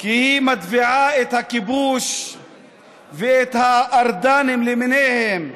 כי היא מטביעה את הכיבוש ואת הארדנים למיניהם.